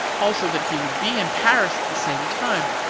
also, that he would be in paris at the same time,